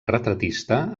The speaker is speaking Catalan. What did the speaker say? retratista